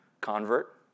Convert